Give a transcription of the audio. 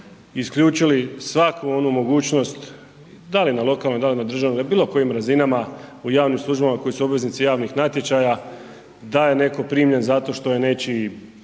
isključili svaku onu mogućnost da li na lokalnoj, da li na državnoj, na bilo kojim razinama u javnim službama koji su obveznici javnih natječaja da je netko primljen zato što je nečiji